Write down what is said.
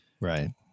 Right